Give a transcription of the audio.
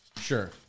Sure